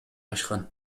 ашкан